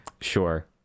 sure